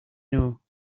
know